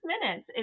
minutes